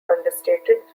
understated